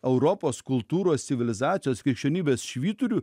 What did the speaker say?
europos kultūros civilizacijos krikščionybės švyturiu